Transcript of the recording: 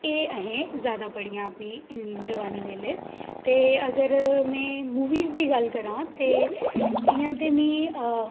एह् असें जैदा पढ़ियां अपनी जोआनी बेल्लै ते अगर में मूवियें दी गल्ल करां ते इ'यां ते मी